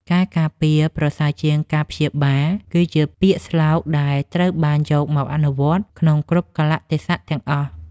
ការការពារប្រសើរជាងការព្យាបាល គឺជាពាក្យស្លោកដែលត្រូវយកមកអនុវត្តក្នុងគ្រប់កាលៈទេសៈទាំងអស់។